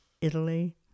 Italy